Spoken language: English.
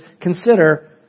consider